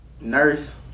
nurse